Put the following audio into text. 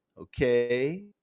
okay